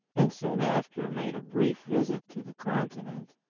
and soon after made a brief visit to the continent,